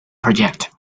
project